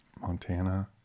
Montana